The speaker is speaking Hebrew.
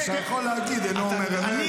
אתה יכול להגיד: אינו אומר אמת,